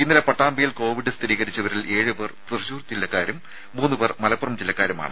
ഇന്നലെ പട്ടാമ്പിയിൽ കോവിഡ് സ്ഥിരീകരിച്ചവരിൽ ഏഴു പേർ തൃശൂർ ജില്ലക്കാരും മൂന്നു പേർ മലപ്പുറം ജില്ലക്കാരുമാണ്